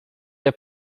der